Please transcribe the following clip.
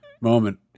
moment